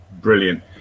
brilliant